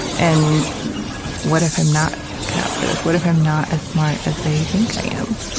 and what if i'm not cut out for this? what if i'm not as smart as they think i am?